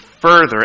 further